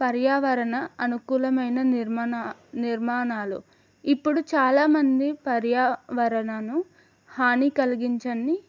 పర్యావరణ అనుకూలమైన నిర్మాణ నిర్మాణాలు ఇప్పుడు చాలామంది పర్యావరణానికి హాని కలిగించని